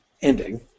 ending